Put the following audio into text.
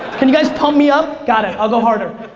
can you guys pump me up? got it, i'll go harder.